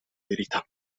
verità